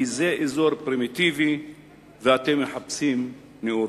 כי זה אזור פרימיטיבי ואתם מחפשים נאורות.